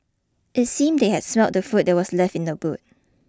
it seemed that they had smelt the food that was left in the boot